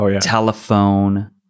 telephone